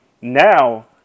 now